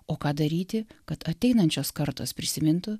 o ką daryti kad ateinančios kartos prisimintų